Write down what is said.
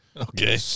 Okay